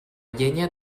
llenya